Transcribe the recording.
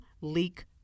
leak